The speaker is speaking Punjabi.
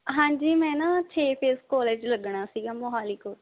ਹਾਂਜੀ ਮੈਂ ਨਾ ਛੇ ਫੇਸ ਕੋਲਜ 'ਚ ਲੱਗਣਾ ਸੀਗਾ ਮੋਹਾਲੀ ਕੋਲ